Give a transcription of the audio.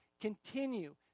continue